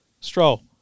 Stroll